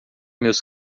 meus